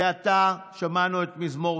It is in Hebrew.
זה עתה שמענו את מזמור